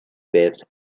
beth